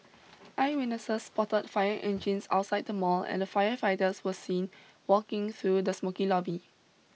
eyewitnesses spotted fire engines outside the mall and firefighters were seen walking through the smokey lobby